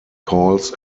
calls